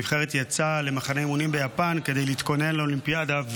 הנבחרת יצאה למחנה אימונים ביפן כדי להתכונן לאולימפיאדה,